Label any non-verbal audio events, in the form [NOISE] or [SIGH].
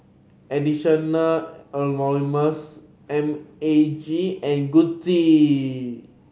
[UNINTELLIGIBLE] Anonymous M A G and Gucci